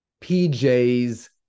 pj's